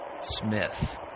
Smith